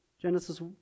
Genesis